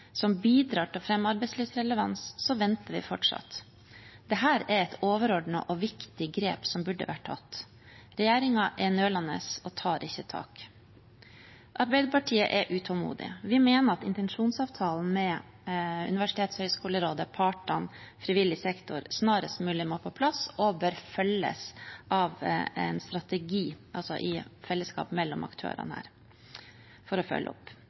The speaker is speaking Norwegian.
som bidrar til å fremme arbeidslivsrelevans, venter vi fortsatt. Dette er et overordnet og viktig grep som burde vært tatt. Regjeringen er nølende og tar ikke tak. Arbeiderpartiet er utålmodig. Vi mener at intensjonsavtalen med Universitets- og høgskolerådet, partene og frivillig sektor snarest mulig må på plass og bør følges av en strategi – altså i fellesskap mellom aktørene her, for å følge opp.